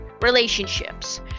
relationships